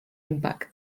impact